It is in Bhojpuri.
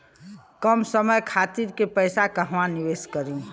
कम समय खातिर के पैसा कहवा निवेश करि?